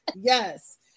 Yes